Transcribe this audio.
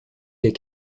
des